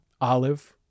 olive